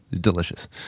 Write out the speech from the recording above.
Delicious